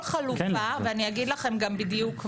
כל חלופה, ואני אגיד לכם גם בדיוק מה.